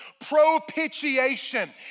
propitiation